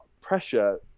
pressure